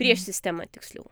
prieš sistemą tiksliau